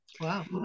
Wow